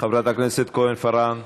חברת הכנסת כהן-פארן,